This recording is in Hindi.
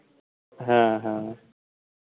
हाँ हाँ